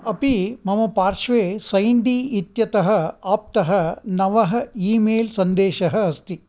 अपि मम पार्श्वे सैण्डी इत्यतः आप्तः नवः ई मेल् सन्देशः अस्ति